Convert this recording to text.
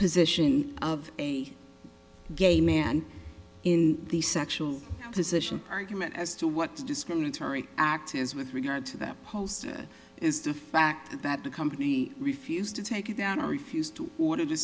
position of a gay man in the sexual position argument as to what discriminatory act is with regard to that post it is the fact that the company refused to take it down or refused to order the